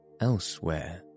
Elsewhere